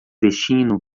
destino